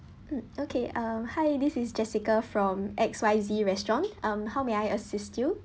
mm okay uh hi this is jessica from X Y Z restaurant um how may I assist you